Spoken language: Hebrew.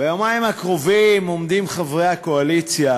ביומיים הקרובים עומדים חברי הקואליציה